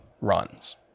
runs